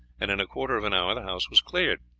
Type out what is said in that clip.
and in a quarter of an hour the house was cleared.